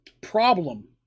problem